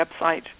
website